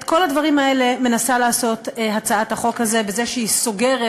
את כל הדברים האלה מנסה לעשות הצעת החוק הזאת בזה שהיא סוגרת